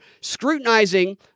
scrutinizing